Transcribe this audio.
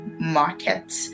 market